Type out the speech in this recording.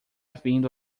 vindo